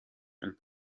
and